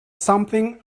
something